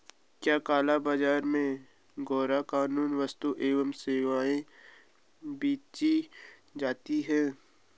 क्या काला बाजार में गैर कानूनी वस्तुएँ एवं सेवाएं बेची जाती हैं?